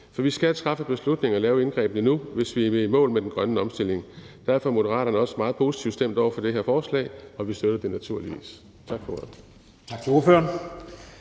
For vi skal træffe beslutninger og lave indgrebene nu, hvis vi vil i mål med den grønne omstilling. Derfor er Moderaterne også meget positivt stemt over for det her forslag, og vi støtter det naturligvis.